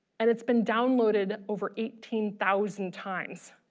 and it's been downloaded over eighteen thousand times